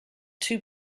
two